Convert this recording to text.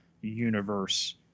universe